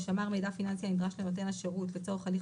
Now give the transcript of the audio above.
שמר מידע פיננסי הנדרש לנותן השירות לצורך הליך